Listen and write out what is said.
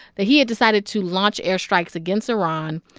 that he had decided to launch airstrikes against iran,